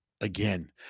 again